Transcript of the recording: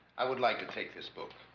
i would like to take this book.